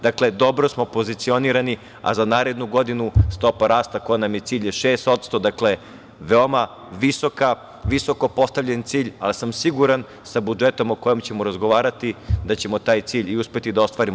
Dakle, dobro smo pozicionirani, a za narednu godinu stopa rasta, koja nam je cilj je 6%, dakle, veoma visoko postavljen cilj, ali sam siguran sa budžetom o kojem ćemo razgovarati da ćemo taj cilj i uspeti da ostvarimo.